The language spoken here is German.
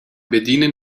bedienen